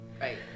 Right